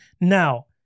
Now